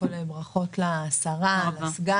הקונספט של חיבור הצפון למרכז לא עבד בעבר ולא יעבוד בעתיד.